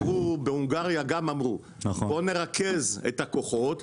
בהונגריה גם אמרו בוא נרכז את הכוחות.